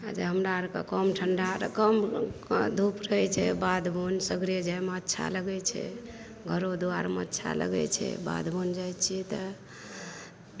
आ जे हमरा आरके कम ठंडा ठंडा कम धूप रहैत छै बाथ बन सागरे जाइमे अच्छा लगैत छै घरो दुआरिमे अच्छा लगैत छै बाथ बन जाइत छियै तऽ